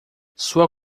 sua